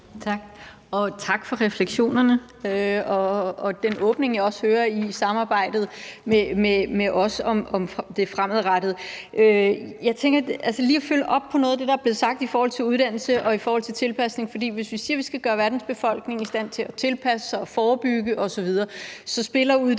tak for refleksionerne og for den åbning, jeg også hører i forhold til samarbejdet med os om det fremadrettede. Jeg tænker lige at følge op på noget af det, der er blevet sagt i forhold til uddannelse og i forhold til tilpasning, for hvis vi siger, vi skal gøre verdens befolkning i stand til at tilpasse sig og forebygge osv., så spiller uddannelse